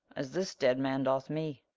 as this dead man doth me.